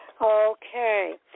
Okay